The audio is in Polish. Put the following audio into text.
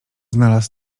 znalazł